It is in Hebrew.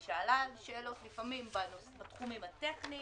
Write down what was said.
היא שאלה שאלות, לפעמים בתחומים הטכניים,